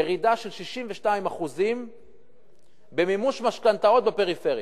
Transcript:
ירידה של 62% במימוש משכנתאות בפריפריה.